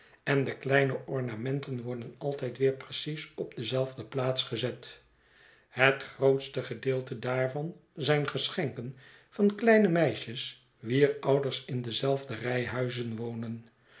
en de kleine ornamenten worden altijd weer precies op dezelfde plaats gezet het grootste gedeelte daarvan zijn geschenken van kleine meisjes wier ouders in dezelfde rij huizen wonen